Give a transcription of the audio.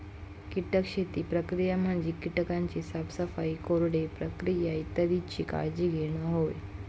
कीटक शेती प्रक्रिया म्हणजे कीटकांची साफसफाई, कोरडे प्रक्रिया इत्यादीची काळजी घेणा होय